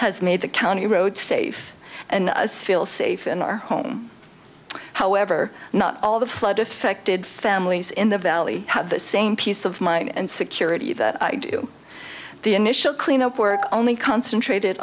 has made the county road safe and feel safe in our home however not all the flood affected families in the valley have the same peace of mind and security that do the initial cleanup work only concentrated